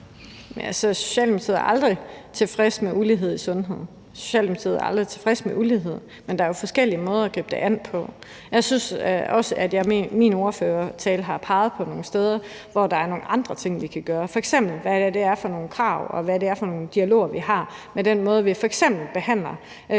Socialdemokratiet er aldrig tilfreds med ulighed, men der er jo forskellige måder at gribe det an på. Jeg synes også, at jeg i min ordførertale har peget på nogle steder, hvor der er nogle andre ting, vi kan gøre – f.eks. se på, hvad det er for nogle krav og hvad det er for nogle dialoger, vi har, i forhold til hvordan vi f.eks. behandler udsatte